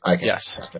Yes